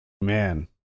Man